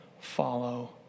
follow